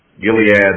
Gilead